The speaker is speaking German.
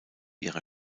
ihrer